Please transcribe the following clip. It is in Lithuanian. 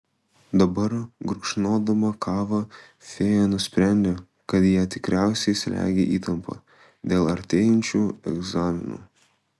dabar gurkšnodama kavą fėja nusprendė kad ją tikriausiai slegia įtampa dėl artėjančių egzaminų